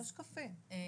חמישה שקפים.